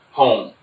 home